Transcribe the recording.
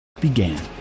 Began